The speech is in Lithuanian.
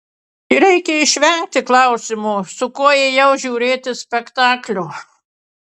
reikia išvengti klausimo su kuo ėjau žiūrėti spektaklio